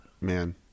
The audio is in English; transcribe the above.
man